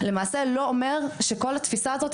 למעשה לא אומר שכל התפיסה הזאת,